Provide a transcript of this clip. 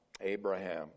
Abraham